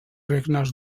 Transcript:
regnes